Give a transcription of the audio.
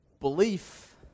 Belief